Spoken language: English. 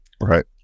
right